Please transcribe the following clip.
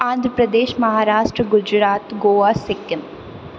Andhra Pradesh Maharashtra Gujarat Goa Sikkim